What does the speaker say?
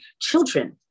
children